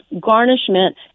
garnishment